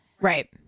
Right